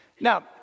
Now